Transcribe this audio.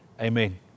Amen